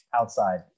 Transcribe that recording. outside